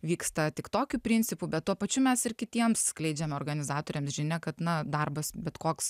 vyksta tik tokiu principu bet tuo pačiu mes ir kitiems skleidžiame organizatoriams žinią kad na darbas bet koks